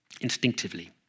instinctively